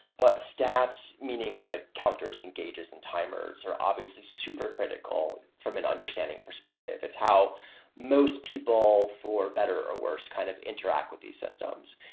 but stats, meaning, just like counters, engagers, and timers, are obviously super critical from an understanding perspective. it's how most people, for better or worse, kind of interact with these systems.